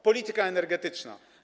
Polityka energetyczna.